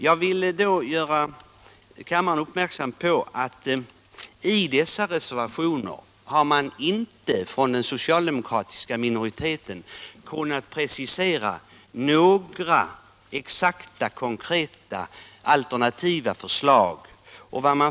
Jag vill göra kammaren uppmärksam på att den socialdemokratiska minoriteten i dessa reservationer inte har kunnat presentera några exakta och konkreta alternativa förslag.